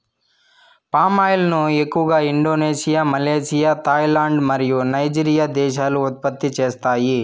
palm oil ను ఎక్కువగా Indonesia, Malaysia, Thailand మరియు నైజీరియా దేశాలు ఉత్పత్తి చేస్తాయి